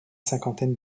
cinquantaine